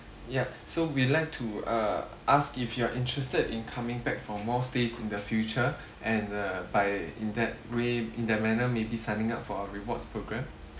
yup so we like to uh ask if you are interested in coming back for more stays in the future and uh by in that way in that manner maybe signing up for a rewards programme